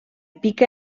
pica